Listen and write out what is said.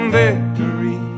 victory